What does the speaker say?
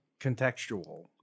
contextual